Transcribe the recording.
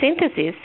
synthesis